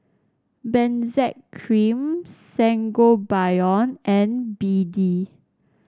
Benzac Cream Sangobion and B D